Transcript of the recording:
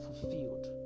fulfilled